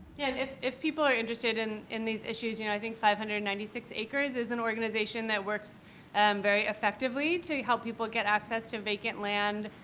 and if if people are interested in in these issues, you know, i think five hundred and ninety six acres is an organization that works and very effectively to help people get access to vacant land,